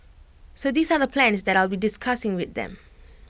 so these are the plans that I'll be discussing with them